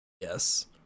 Yes